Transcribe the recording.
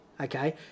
okay